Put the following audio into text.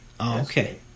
Okay